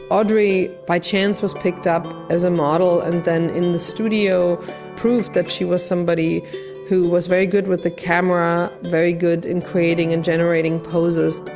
audrey by chance was picked up as a model, and then in the studio proved that she was somebody who was very good with the camera very good in creating and generating poses.